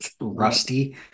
rusty